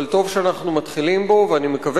אבל טוב שאנחנו מתחילים בו ואני מקווה